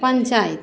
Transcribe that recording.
panchayat